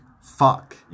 fuck